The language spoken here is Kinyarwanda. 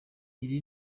iri